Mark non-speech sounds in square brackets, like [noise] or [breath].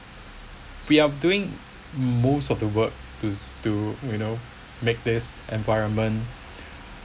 we are doing most of the work to to you know make this environment [breath]